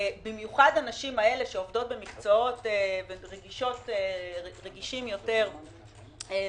במיוחד הנשים האלה שעובדות במקצועות רגישים יותר למשברים,